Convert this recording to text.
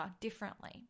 differently